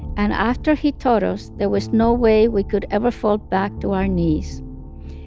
and after he taught us, there was no way we could ever fall back to our knees.